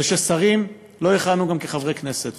וששרים לא יכהנו גם כחברי הכנסת,